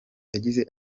yagize